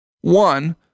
One